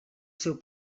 seu